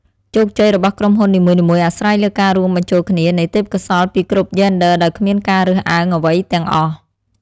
ជោគជ័យរបស់ក្រុមហ៊ុននីមួយៗអាស្រ័យលើការរួមបញ្ចូលគ្នានៃទេពកោសល្យពីគ្រប់យេនឌ័រដោយគ្មានការរើសអើងអ្វីទាំងអស់។